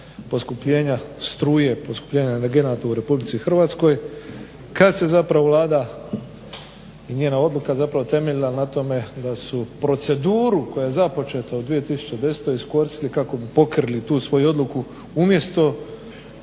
poskupljenja struje, poskupljenja energenata u RH kad se zapravo Vlada i njena odluka zapravo temeljila na tome da su proceduru koja je započeta u 2010. iskoristili kako bi pokrili tu svoju odluku umjesto